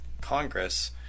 Congress